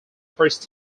first